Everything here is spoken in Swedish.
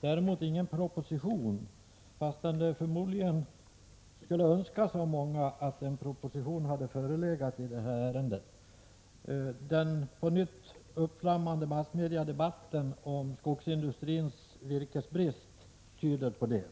Däremot finns i detta ärende inte någon proposition, fastän många säkerligen hade önskat att en proposition hade förelegat. Den på nytt uppflammande massmediadebatten om skogsindustrins virkesbrist tyder på det.